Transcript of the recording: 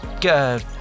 good